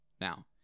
Now